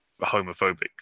homophobic